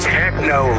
techno